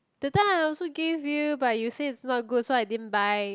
that time I also give you but you said it's not good so I didn't buy